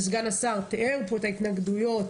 וסגן השר תיאר פה את ההתנגדויות,